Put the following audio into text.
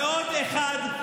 זה עוד אחד,